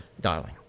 darling